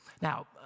Now